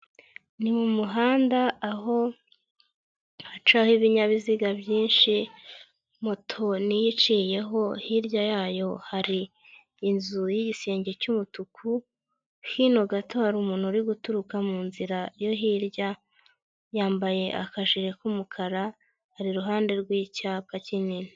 Ni mu muhanda aho hacaho ibinyabiziga byinshi, moto niyo iciyeho hirya yayo hari inzu y'igisenge cy'umutuku, hino gato hari umuntu uri guturuka mu nzira yo hirya, yambaye akajire k'umukara ari iruhande rw'icyapa kinini.